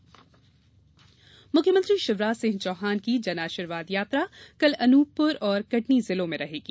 जनआशीर्वाद यात्रा मुख्यमंत्री शिवराज सिंह चौहान की जनआशीर्वाद यात्रा कल अनुपपुर और कटनी जिलों में रहेगी